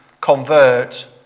Convert